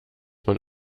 man